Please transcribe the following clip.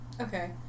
Okay